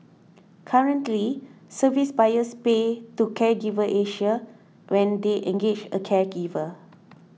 currently service buyers pay to Caregiver Asia when they engage a caregiver